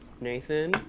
Nathan